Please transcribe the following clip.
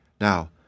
Now